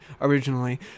originally